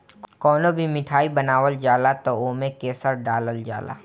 कवनो भी मिठाई बनावल जाला तअ ओमे केसर डालल जाला